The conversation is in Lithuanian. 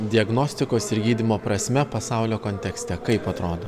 diagnostikos ir gydymo prasme pasaulio kontekste kaip atrodo